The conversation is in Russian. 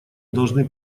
должны